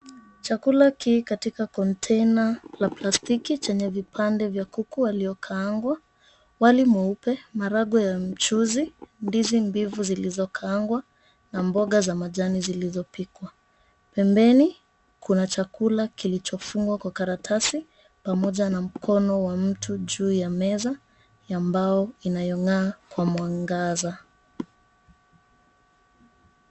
Chakula ki katika kontena la plastiki chenye vipande vya kuku waliokaangwa, wali mweupe, maharagwe ya mchuzi, ndizi mbivu zilizokaangwa na mboga za majani zilizopikwa. Pembeni kuna chakula kilichofungwa kwa karatasi pamoja na mkono wa mtu juu ya meza ya mbao inayong'aa kwa mwangaza.